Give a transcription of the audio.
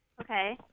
Okay